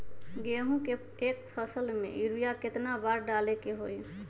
गेंहू के एक फसल में यूरिया केतना बार डाले के होई?